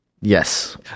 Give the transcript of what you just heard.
Yes